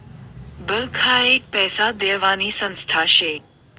bank हाई एक पैसा देवानी संस्था शे